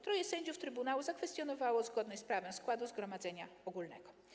Troje sędziów trybunału zakwestionowało zgodność z prawem składu zgromadzenia ogólnego.